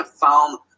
found